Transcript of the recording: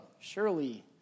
Surely